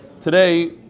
Today